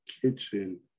kitchen